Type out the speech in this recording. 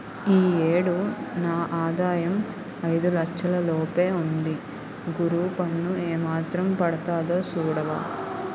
ఈ ఏడు నా ఆదాయం ఐదు లచ్చల లోపే ఉంది గురూ పన్ను ఏమాత్రం పడతాదో సూడవా